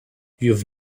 you’ve